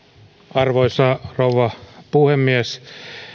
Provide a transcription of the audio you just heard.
arvoisa rouva puhemies